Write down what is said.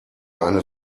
eine